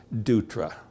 Dutra